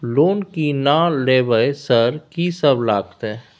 Loan की ना लेबय सर कि सब लगतै?